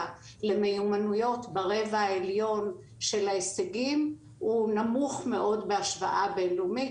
למיומנויות ברבע העליון של ההישגים הוא נמוך מאוד בהשוואה בינלאומית,